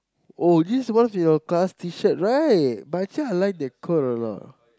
oh this was your class t-shirt right but actually I like that colour a lot